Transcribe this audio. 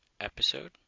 episode